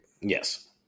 Yes